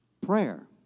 Prayer